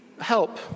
help